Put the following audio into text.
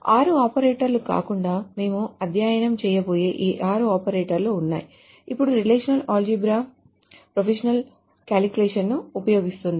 6 ఆపరేటర్లు కాకుండా మేము అధ్యయనం చేయబోయే ఈ 6 ఆపరేటర్లు ఉన్నాయి అప్పుడు రిలేషనల్ ఆల్జీబ్రా ప్రొపొజిషనల్ కాలిక్యులస్ను ఉపయోగిస్తుంది